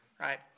right